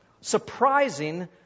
surprising